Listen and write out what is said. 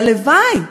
והלוואי,